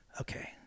okay